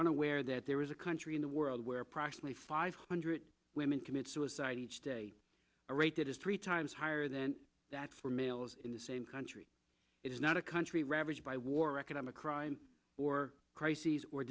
unaware that there is a country in the world where approximately five hundred women commit suicide each day a rate that is three times higher than that for males in the same country it is not a country ravaged by war economic crime or crises or